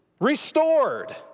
restored